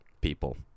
people